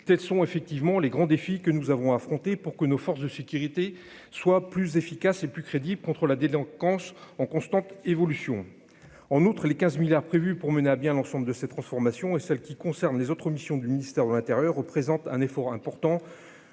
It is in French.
telles sont, effectivement, les grands défis que nous avons affrontées pour que nos forces de sécurité soient plus efficace et plus crédible contre la délinquance en constante évolution, en outre, les 15 milliards prévus pour mener à bien l'ensemble de ces transformations et celle qui concerne les autres missions du ministère de l'Intérieur, représente un effort important,